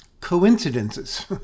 Coincidences